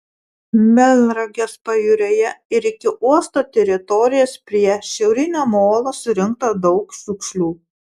melnragės pajūryje ir iki uosto teritorijos prie šiaurinio molo surinkta daug šiukšlių